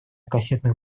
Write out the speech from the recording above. кассетных